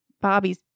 Bobby's